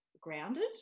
grounded